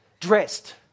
Dressed